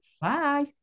bye